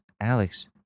Alex